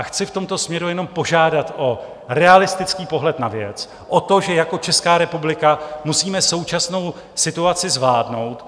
Chci v tomto směru jenom požádat o realistický pohled na věc, o to, že jak Česká republika musíme současnou situaci zvládnout.